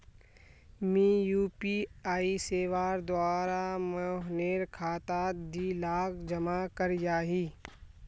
मी यु.पी.आई सेवार द्वारा मोहनेर खातात दी लाख जमा करयाही